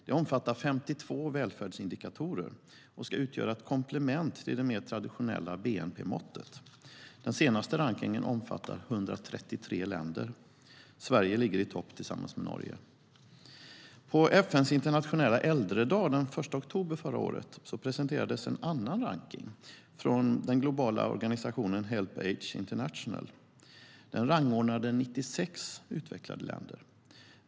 Det omfattar 52 välfärdsindikatorer och ska utgöra ett komplement till det mer traditionella bnp-måttet. Den senaste rankningen omfattar 133 länder. Sverige ligger i topp tillsammans med Norge. På FN:s internationella äldredag den 1 oktober förra året presenterades en annan rankning från den globala organisationen Help Age International. Den rangordnade 96 utvecklade länder.